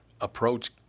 approach